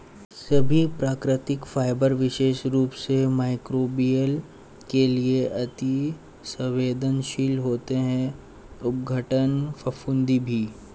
सभी प्राकृतिक फाइबर विशेष रूप से मइक्रोबियल के लिए अति सवेंदनशील होते हैं अपघटन, फफूंदी भी